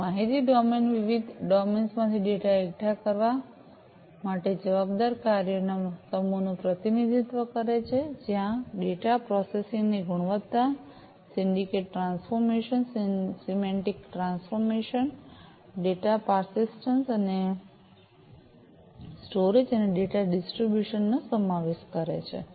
તેથી માહિતી ડોમેન વિવિધ ડોમેન્સ માંથી ડેટા એકઠા કરવા માટે જવાબદાર કાર્યોના સમૂહનું પ્રતિનિધિત્વ કરે છે જ્યાં ડેટા ડેટા પ્રોસેસિંગ ની ગુણવત્તા syntactic transformation semantic transformation data persistence અને સ્ટોરેજ અને ડેટા ડિસ્ટ્રિબ્યૂશન નો સમાવેશ કરે છે